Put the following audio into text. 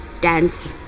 dance